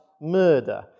murder